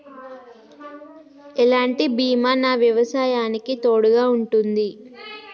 ఎలాంటి బీమా నా వ్యవసాయానికి తోడుగా ఉంటుంది?